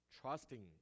trusting